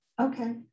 Okay